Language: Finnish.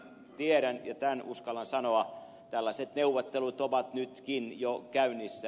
tiedän ja tämän uskallan sanoa että tällaiset neuvottelut ovat nytkin jo käynnissä